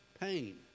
pain